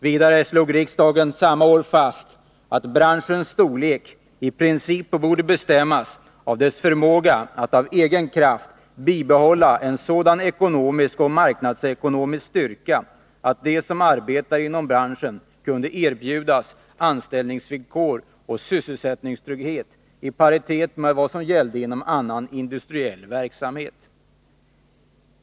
Vidare slog riksdagen samma år fast att branschens storlek i princip borde bestämmas av dess förmåga att av egen kraft bibehålla en sådan ekonomisk och marknadsekonomisk styrka att de som arbetade inom branschen kunde erbjudas anställningsvillkor och sysselsättningstrygghet i paritet med vad som gällde inom annan industriell verksamhet.